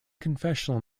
confessional